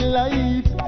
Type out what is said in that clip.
life